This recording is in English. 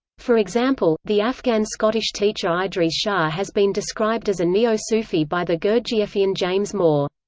for example, the afghan-scottish teacher idries shah has been described as a neo-sufi by the gurdjieffian james moore.